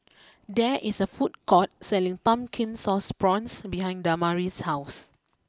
there is a food court selling Pumpkin Sauce Prawns behind Damari's house